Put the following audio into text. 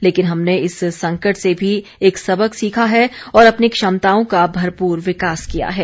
लेकिन हमने इस संकट से भी एक सबक सीखा है और अपनी क्षमताओं का भरपूर विकास किया है